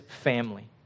family